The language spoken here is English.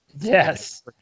Yes